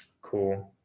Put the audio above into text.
cool